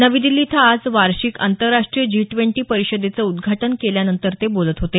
नवी दिल्ली इथं आज वार्षिक आंतरराष्ट्रीय जी ट्वेंटी परिषदेचं उद्घाटन केल्यानंतर ते बोलत होते